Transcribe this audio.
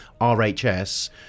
RHS